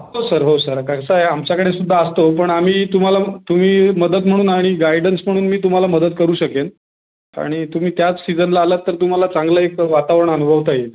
हो सर हो सर कसा आहे आमच्याकडे सुद्धा असतो पण आम्ही तुम्हाला तुम्ही मदत म्हणून आणि गायडन्स म्हणून मी तुम्हाला मदत करू शकेन आणि तुम्ही त्याच सीजनला आलात तर तुम्हाला चांगलं एक वातावरण अनुभवता येईल